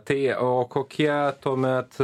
tai o kokie tuomet